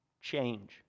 change